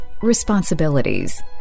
responsibilities